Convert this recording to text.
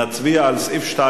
נצביע על סעיף 1